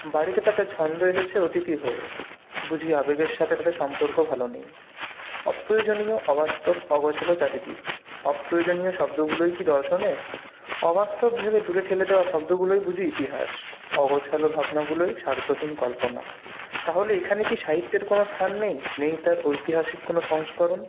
বাড়িতে তাতে ছন্দ এসেছে অতিথি হয়ে বুঝি আবেগের সাথে তাদের সম্পর্ক ভালো নেই অপ্রয়োজনীয় অবাস্তব অগোছালো চারিদিক অপ্রয়োজনীয় শব্দগুলোই কি দর্শনের অবাস্তব ভেবে দূরে ঠেলে দেওয়া শব্দগুলোই বুঝি ইতিহাস অগোছালো ভাবনাগুলোই স্বার্থহীন কল্পনা তাহলে এখানে কি সাহিত্যের কোনো স্থান নেই নেই তার ঐতিহাসিক কোনো সংস্করণ